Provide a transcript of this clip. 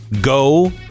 go